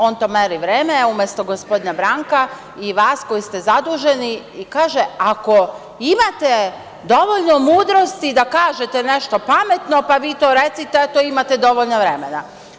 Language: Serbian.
On to meri vreme, umesto gospodina Branka i vas koji ste zaduženi i kaže – ako imate dovoljno mudrosti da kažete nešto pametno, pa vi to recite, eto imate dovoljno vremena.